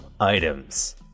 items